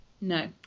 No